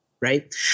Right